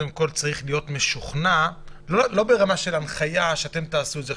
לא ברמה של הנחיה שאומרת "תעשו את זה איך